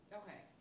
okay